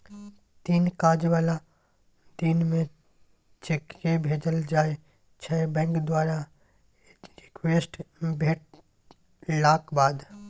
तीन काज बला दिन मे चेककेँ भेजल जाइ छै बैंक द्वारा रिक्वेस्ट भेटलाक बाद